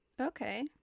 Okay